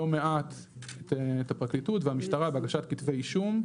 מעט את הפרקליטות והמשטרה בהגשת כתבי אישום,